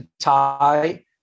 tie